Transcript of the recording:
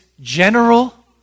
general